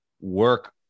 work